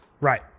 Right